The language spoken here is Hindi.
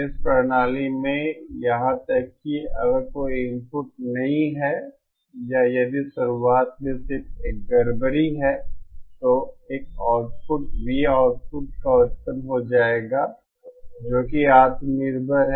इस प्रणाली में यहां तक कि अगर कोई इनपुट नहीं है या यदि शुरुआत में सिर्फ एक गड़बड़ी है तो एक आउटपुट Voutput का उत्पन्न हो जाएगा जो कि आत्मनिर्भर है